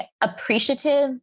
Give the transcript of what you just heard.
appreciative